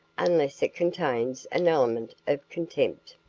unless it contains an element of contempt.